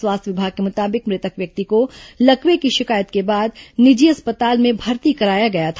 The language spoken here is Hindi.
स्वास्थ्य विभाग के मुताबिक मुतक व्यक्ति को लकवे की शिकायत के बाद निजी अस्पताल में भर्ती कराया गया था